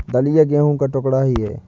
दलिया गेहूं का टुकड़ा ही है